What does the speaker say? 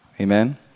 Amen